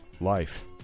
life